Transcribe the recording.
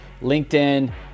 LinkedIn